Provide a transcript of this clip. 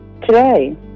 Today